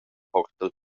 porta